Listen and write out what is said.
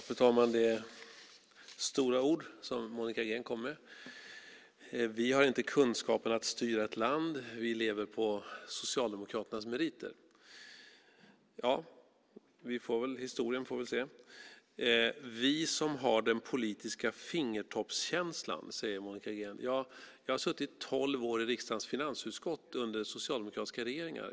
Fru talman! Det är stora ord Monica Green kom med. Vi har inte kunskapen att styra ett land, vi lever på Socialdemokraternas meriter. Ja, vi får väl se. Det är Socialdemokraterna som har den politiska fingertoppskänslan, säger Monica Green. Jag har suttit tolv år i riksdagens finansutskott under socialdemokratiska regeringar.